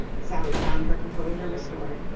sally found her composure restored.